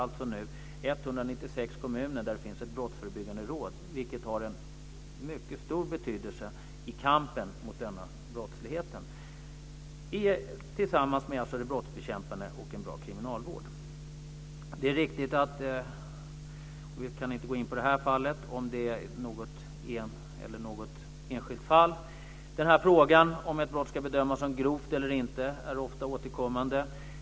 Vi har nu 196 kommuner där det finns ett brottsförebyggande råd, vilket har en mycket stor betydelse i kampen mot denna brottslighet - tillsammans med brottsbekämpande och en bra kriminalvård. Det är riktigt att vi inte kan gå in på detta eller något annat enskilt fall. Frågan om huruvida ett brott ska bedömas som grovt eller inte är ofta återkommande.